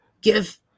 Give